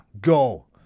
go